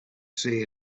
see